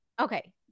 okay